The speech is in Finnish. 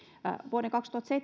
vuoden